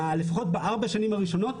לפחות בארבע השנים הראשונות,